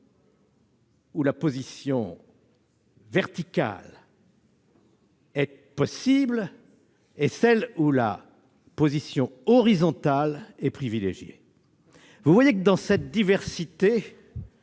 où la position verticale est de mise, et celles où la position horizontale est privilégiée. Vous le voyez, dans cette diversité,